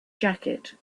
jacket